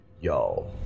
Yo